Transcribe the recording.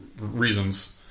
reasons